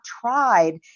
tried